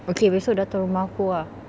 okay besok datang rumah aku ah